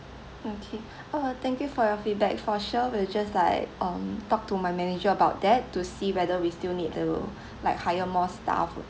okay ah thank you for your feedback for sure we'll just like um talk to my manager about that to see whether we still need to like hire more staff